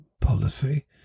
policy